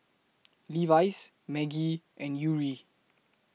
Levi's Maggi and Yuri